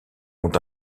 ont